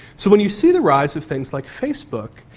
so when you see the rise of things like facebook,